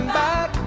back